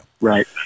Right